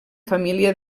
família